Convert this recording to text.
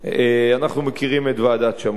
אנחנו מכירים את ועדת-שמגר,